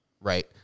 right